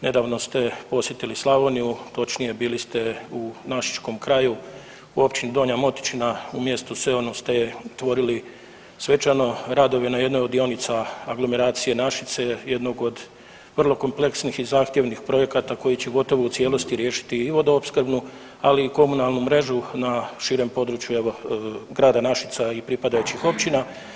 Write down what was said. Nedavno ste posjetili Slavoniju, točnije bili ste u našičkom kraju u Općini Donja Motičina u mjestu Seonu ste otvorili svečano radove na jednoj od dionica aglomeracija Našice jednog od vrlo kompleksnih i zahtjevnih projekata koji će gotovo u cijelosti riješiti i vodoopskrbnu, ali i komunalnu mrežu na širem području grada Našica i pripadajućih općina.